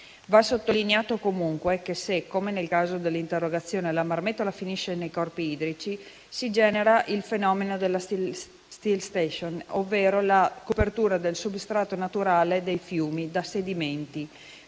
Va sottolineato comunque che se, come nel caso dell'interrogazione, la marmettola finisce nei corpi idrici, si genera il fenomeno della copertura del substrato naturale dei fiumi da sedimenti